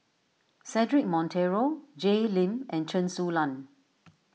Cedric Monteiro Jay Lim and Chen Su Lan